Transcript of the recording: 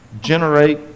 generate